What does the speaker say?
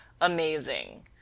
amazing